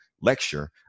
lecture